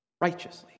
righteously